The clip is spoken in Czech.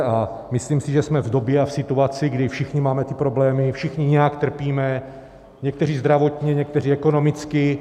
A myslím si, že jsme v době a situaci, kdy všichni máme ty problémy, všichni nějak trpíme, někteří zdravotně, někteří ekonomicky.